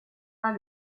pas